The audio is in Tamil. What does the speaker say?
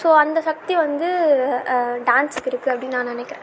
ஸோ அந்த சக்தி வந்து டான்ஸுக்கு இருக்கு அப்படின்னு நான் நினைக்கிறேன்